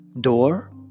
door